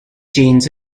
genes